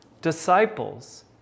disciples